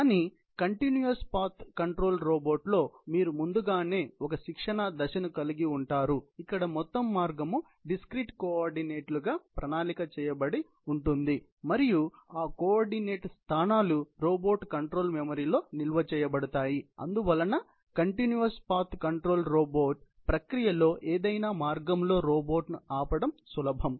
కానీ continuous path control robot లో మీరు ముందుగానే ఒక శిక్షణ దశను కలిగి ఉంటారు ఇక్కడ మొత్తం మార్గం డిస్క్రిట్ కోఆర్డినేట్లుగా ప్రణాళిక చేయబడి ఉంటుంది మరియు ఆ కోఆర్డినేట్ స్థానాలు రోబోట్ కంట్రోల్ మెమరీలో నిల్వ చేయబడతాయి అందువలన కంటిన్యూయస్ పాత్ కంట్రోల్ రోబోట్ ప్రక్రియ లో ఏదైనా మార్గంలో రోబోట్ను ఆపడం సులభం